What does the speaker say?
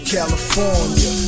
California